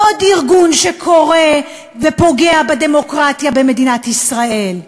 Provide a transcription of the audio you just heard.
עוד ארגון שקורא, ופוגע בדמוקרטיה במדינת ישראל,